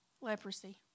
Leprosy